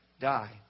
die